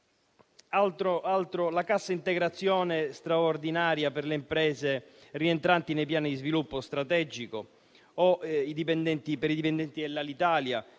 Ricordo la cassa integrazione straordinaria per le imprese rientranti nei piani di sviluppo strategico o per i dipendenti dell'Alitalia,